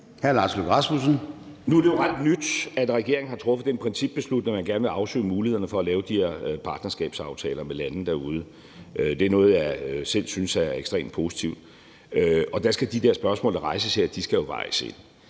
Nu er det jo ret nyt, at regeringen har truffet den principbeslutning, at man gerne vil afsøge mulighederne for at lave de her partnerskabsaftaler med lande derude. Det er noget, jeg selv synes er ekstremt positivt. Der skal de spørgsmål, der rejses her, jo vejes ind.